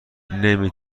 نمی